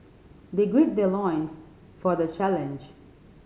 they gird their loins for the challenge